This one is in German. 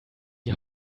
die